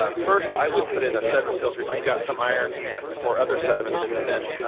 ah first, i would put in a sediment filter. if you've got some iron or other sediment that's been